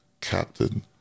captain